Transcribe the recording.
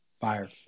fire